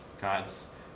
God's